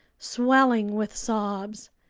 swelling with sobs.